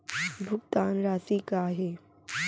भुगतान राशि का हे?